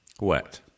Wet